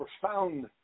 profound